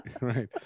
right